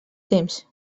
temps